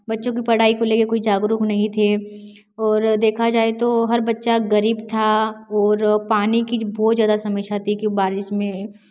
बच्चों की पढ़ाई को लेकर कोई जागरूक नहीं थे और देखा जाए तो हर बच्चा गरीब था ओर पानी की बहुत ज्यादा समस्या थी कि बारिश में